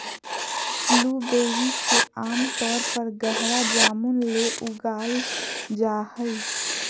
blueberry के आमतौर पर गहरा जामुन ले उगाल जा हइ